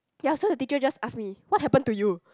ya so the teacher just ask me what happen to you